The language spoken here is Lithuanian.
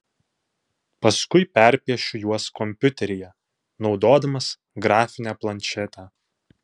paskui perpiešiu juos kompiuteryje naudodamas grafinę planšetę